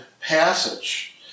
passage